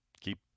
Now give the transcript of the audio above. Keep